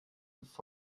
forscht